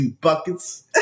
buckets